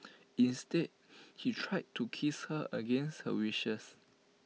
instead he tried to kiss her against her wishes